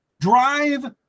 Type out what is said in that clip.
Drive